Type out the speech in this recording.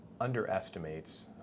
underestimates